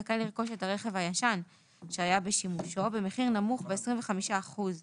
זכאי לרכוש את הרכב הישן שהיה בשימושו במחיר נמוך ב-25 אחוזים